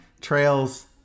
trails